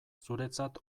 zuretzat